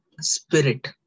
spirit